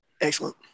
Excellent